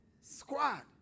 Squad